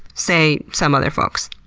say some other folks.